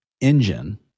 engine